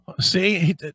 See